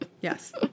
Yes